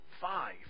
Five